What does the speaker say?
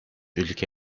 ülke